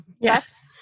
Yes